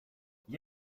gli